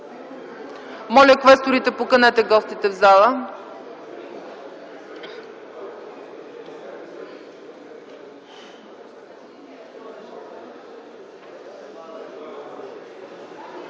Моля, квесторите, поканете гостите в залата.